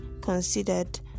considered